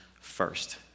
first